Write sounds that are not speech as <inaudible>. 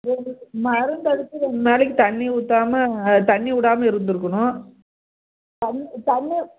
<unintelligible> மருந்து அடித்து ரெண்டு நாளைக்கு தண்ணி ஊற்றாம தண்ணி விடாம இருந்திருக்கணும் தண்ணி